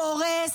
קורס,